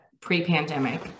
pre-pandemic